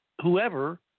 whoever